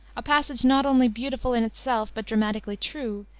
a passage not only beautiful in itself, but dramatically true,